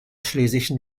schlesischen